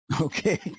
Okay